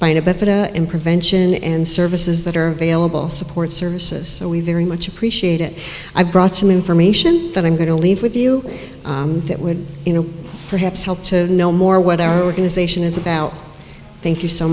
bifida and prevention and services that are available support services so we very much appreciate it i brought some information that i'm going to leave with you that would you know perhaps help to know more what our organization is about thank you so